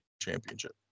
Championship